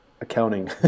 accounting